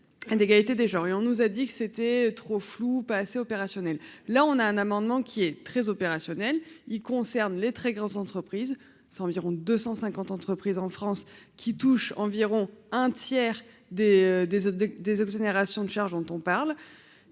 on nous a dit que c'était trop flou assez opérationnel, là on a un amendement qui est très opérationnel, il concerne les très grandes entreprises, c'est environ 250 entreprises en France qui touche environ un tiers des, des, des, des exonérations de charges dont on parle,